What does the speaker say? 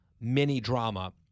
mini-drama